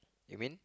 you mean